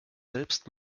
selbst